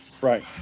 Right